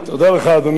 בבקשה.